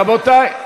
רבותי,